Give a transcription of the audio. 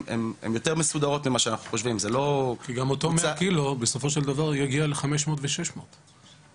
הם מודאגים בדיוק כמונו או ששם זה קצת פחות מטריד אותם הסיפור.